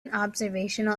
observational